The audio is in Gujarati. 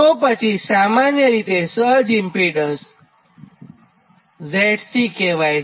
તો પછીજે સામાન્ય રીતે સર્જ ઇમ્પીડન્સ કહેવાય છે